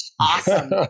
Awesome